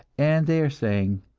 and they are saying,